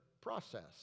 process